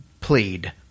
plead